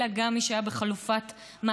אלא גם מי שהיה בחלופת מאסר,